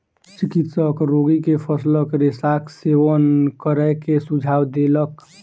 चिकित्सक रोगी के फलक रेशाक सेवन करै के सुझाव देलक